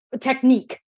technique